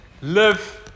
Live